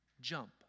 jump